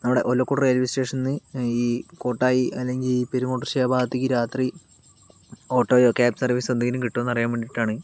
നമ്മുടെ ഒലവക്കോട് റെയിൽവേ സ്റ്റേഷനിൽ നിന്ന് ഈ കോട്ടായി അല്ലെങ്കിൽ പെരുകോട്ടുകുറുശ്ശി ഭാഗത്തേക്ക് രാത്രി ഓട്ടോയോ ക്യാബ് സർവ്വീസൊ എന്തെങ്കിലും കിട്ടുമോന്നറിയാൻ വേണ്ടിയിട്ടാണ്